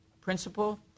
principle